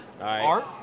Art